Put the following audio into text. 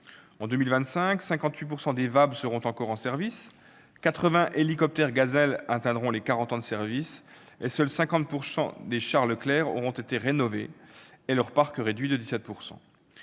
des véhicules des VAB seront encore en service ; 80 hélicoptères Gazelle atteindront les quarante ans de service ; seuls 50 % des chars Leclerc auront été rénovés, et leur parc réduit de 17 %.